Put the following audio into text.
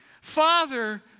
Father